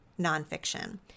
nonfiction